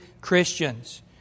Christians